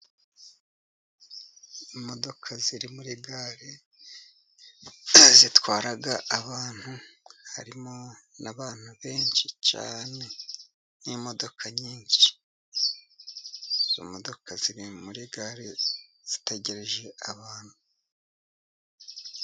Imodoka ziri muri gare, zitwara abantu harimo n'abantu benshi cyane, n'imodoka nyinshi. Izo modoka ziri muri gare zitegereje abantu.